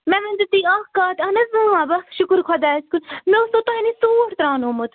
مےٚ ؤنۍ تَو تُہۍ اَکھ کَتھ اہن حظ اۭں بس شُکُر خۄدایَس کُس مےٚ اوسوٕ تۄہہِ نِش توٗٹھ ترٛاونومُت